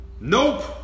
Nope